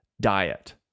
diet